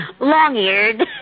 long-eared